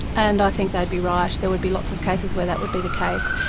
and i think they'd be right, there would be lots of cases where that would be the case.